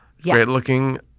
great-looking